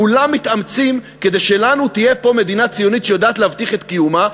כולם מתאמצים כדי שלנו תהיה פה מדינה ציונית שיודעת להבטיח את קיומה,